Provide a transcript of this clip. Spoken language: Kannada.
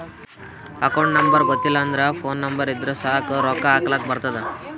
ಅಕೌಂಟ್ ನಂಬರ್ ಗೊತ್ತಿಲ್ಲ ಅಂದುರ್ ಫೋನ್ ನಂಬರ್ ಇದ್ದುರ್ ಸಾಕ್ ರೊಕ್ಕಾ ಹಾಕ್ಲಕ್ ಬರ್ತುದ್